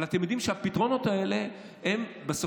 ואם זה משהו